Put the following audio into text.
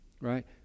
right